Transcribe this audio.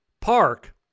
park